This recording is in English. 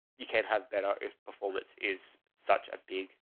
you can have better if performance is such a big